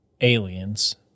aliens